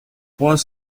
trois